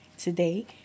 today